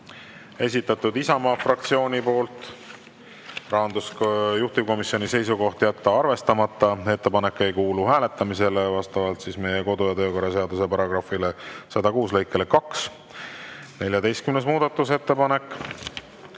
esitatud Isamaa fraktsiooni poolt, rahandus- ehk juhtivkomisjoni seisukoht on jätta arvestamata. Ettepanek ei kuulu hääletamisele vastavalt meie kodu- ja töökorra seaduse § 106 lõikele 2. 14. muudatusettepanek